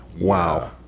wow